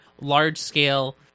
large-scale